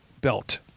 belt